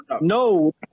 no